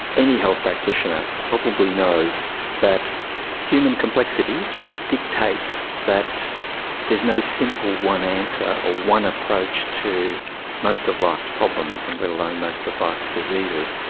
any health practitioner probably knows that human complexity dictates that there is no simple one answer or ah one approach to most of life's problems, and let alone most of life's diseases.